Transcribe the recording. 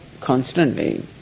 constantly